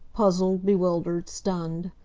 puzzled, bewildered, stunned.